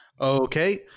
Okay